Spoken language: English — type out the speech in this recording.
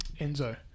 Enzo